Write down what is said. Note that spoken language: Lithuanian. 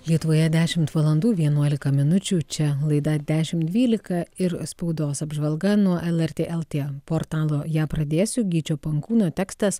lietuvoje dešimt valandų vienuolika minučių čia laida dešimt dvylika ir spaudos apžvalga nuo lrt lt portalo ją pradėsiu gyčio pankūno tekstas